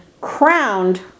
crowned